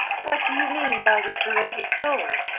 what do you mean by the courageous soul?